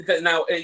Now